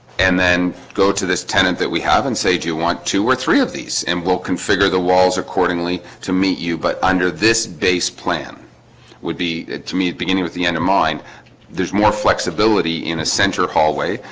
and then go to this tenant that we have and say do you want two or three of these and we'll configure the walls? accordingly to meet you, but under this base plan would be to meet beginning at the end of mine there's more flexibility in a center hallway,